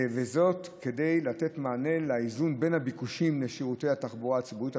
וזאת כדי לתת מענה לאיזון בין הביקושים לשירותי התחבורה הציבורית,